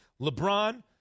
LeBron